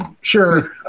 sure